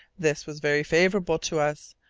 this was very favourable to us,